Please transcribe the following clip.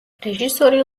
რეჟისორი